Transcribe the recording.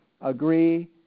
agree